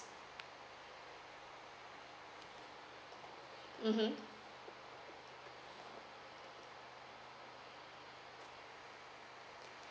mmhmm